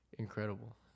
incredible